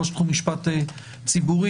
ראש תחום משפט ציבורי,